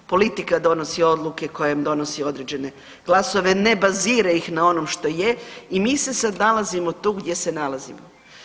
Politika donosi odluke koja im donosi određene glasove, na bazira ih na onom što je i mi se sad nalazimo tu gdje se nalazimo.